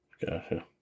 gotcha